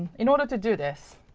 in order to do this